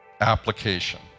Application